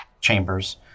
chambers